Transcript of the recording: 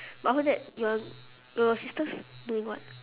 but whole day your your sisters doing what